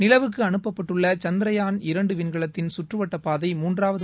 நிலவுக்கு அனுப்பப்பட்டுள்ள சந்திரயான் இரண்டு விண்கலத்தின் சுற்று வட்டப்பாதை மூன்றாவது